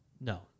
No